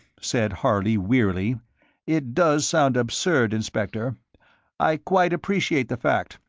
said harley, wearily, it does sound absurd, inspector i quite appreciate the fact.